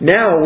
Now